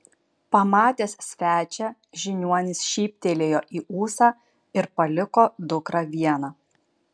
pamatęs svečią žiniuonis šyptelėjo į ūsą ir paliko dukrą vieną